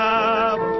up